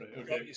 okay